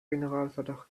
generalverdacht